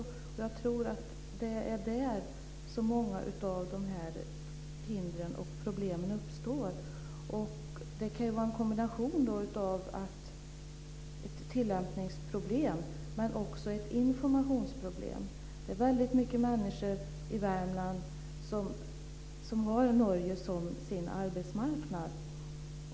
Men jag tror att det är där som många av de här hindren och problemen uppstår. Det kan vara en kombination av ett tillämpningsproblem och ett informationsproblem. Det är väldigt många människor i Värmland som har Norge som sin arbetsmarknad.